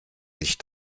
sich